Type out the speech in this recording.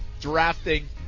drafting